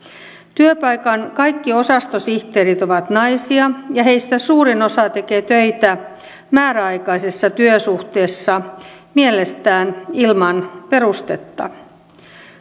työpaikan kaikki osastosihteerit ovat naisia ja heistä suurin osa tekee töitä määräaikaisessa työsuhteessa mielestään ilman perustetta